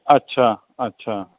अछा अछा